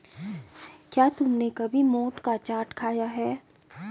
क्या तुमने कभी मोठ का चाट खाया है?